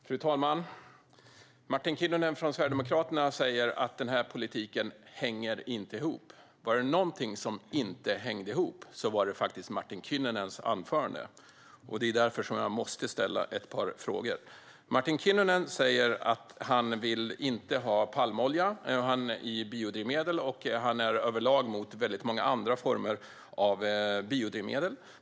Fru talman! Martin Kinnunen från Sverigedemokraterna säger: Politiken hänger inte ihop. Var det någonting som inte hängde ihop var det faktiskt Martin Kinnunens anförande. Det är därför som jag måste ställa några frågor. Martin Kinnunen säger att han inte vill ha palmolja i biodrivmedel. Han är överlag emot väldigt många andra former av biodrivmedel.